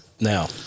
Now